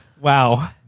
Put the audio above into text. Wow